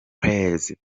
praise